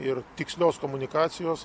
ir tikslios komunikacijos